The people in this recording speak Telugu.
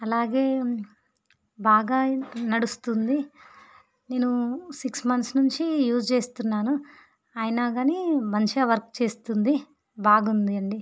అలాగే బాగా నడుస్తుంది నేను సిక్స్ మంత్స్ నుంచి యూస్ చేస్తున్నాను అయినా కాని మంచిగా వర్క్ చేస్తుంది బాగుంది అండి